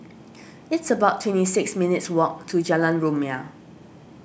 it's about twenty six minutes' walk to Jalan Rumia